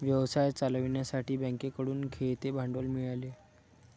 व्यवसाय चालवण्यासाठी बँकेकडून खेळते भांडवल मिळाले